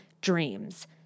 dreams